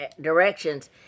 directions